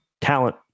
talent